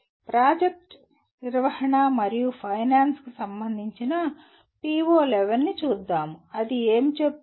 project నిర్వహణ మరియు ఫైనాన్స్కు సంబంధించిన PO11 ని చూద్దాము అది ఏమి చెబుతుంది